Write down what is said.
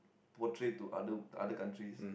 portrayed to other other countries